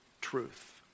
truth